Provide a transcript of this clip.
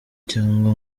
cyangwa